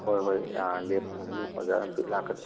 ꯍꯣꯏ ꯍꯣꯏ ꯂꯦꯞꯇꯅ ꯑꯗꯨꯝ ꯑꯣꯖꯥꯅꯁꯨ